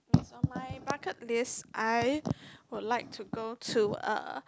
on my bucket list I would like to go to uh